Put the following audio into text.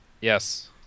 Yes